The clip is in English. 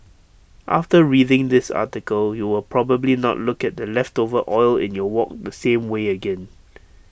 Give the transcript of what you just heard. after reading this article you will probably not look at the leftover oil in your wok the same way again